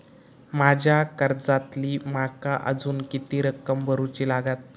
माझ्या कर्जातली माका अजून किती रक्कम भरुची लागात?